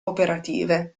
operative